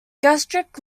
gastric